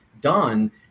done